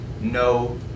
no